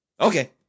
Okay